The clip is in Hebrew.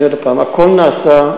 עוד פעם, הכול נעשה,